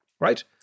Right